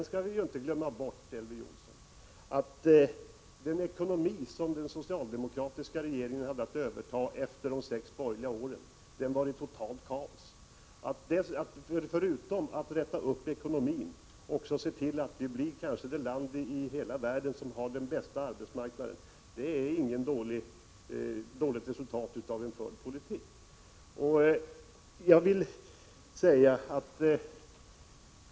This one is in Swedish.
Vi skall inte heller glömma bort, Elver Jonsson, att den ekonomi som den socialdemokratiska regeringen hade att överta efter de sex borgerliga åren vari totalt kaos. Att förutom att ekonomin har återställts vår arbetsmarknad också blivit den kanske bästa i hela världen är inga dåliga resultat av den politik som förts.